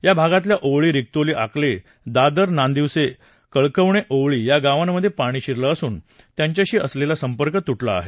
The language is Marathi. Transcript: या भागातल्या ओवळी रिक्तोली आकले दादर नांदिवसे कळकवणे ओवळी या गावांमधे पाणी शिरलं असून त्यांच्याशी असलेला संपर्क तुटला आहे